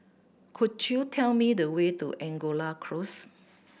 could you tell me the way to Angora Close